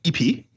EP